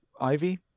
Ivy